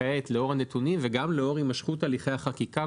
כעת לאור הנתונים וגם לאור הימשכות הליכי החקיקה,